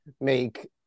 make